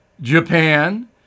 Japan